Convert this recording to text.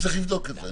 צריך לבדוק את זה.